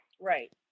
Right